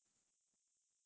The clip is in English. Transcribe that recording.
this year ah